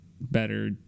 better